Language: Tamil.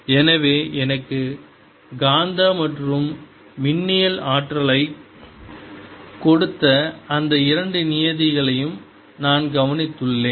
எனவே எனக்கு காந்த மற்றும் மின்னியல் ஆற்றலைக் கொடுத்த அந்த இரண்டு நியதியையும் நான் கவனித்துள்ளேன்